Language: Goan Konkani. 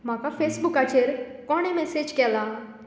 म्हाका फेसबुकाचेर कोणे मॅसेज केला